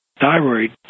thyroid